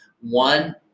one